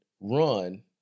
run